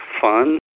fun